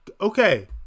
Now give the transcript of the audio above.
okay